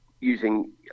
using